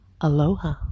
Aloha